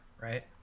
right